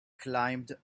climbed